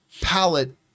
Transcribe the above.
palette